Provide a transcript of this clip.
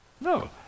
No